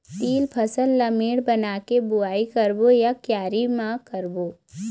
तील फसल ला मेड़ बना के बुआई करबो या क्यारी म करबो?